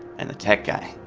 and tech guy.